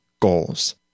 goals